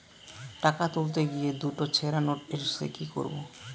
টাকা তুলতে গিয়ে দুটো ছেড়া নোট এসেছে কি করবো?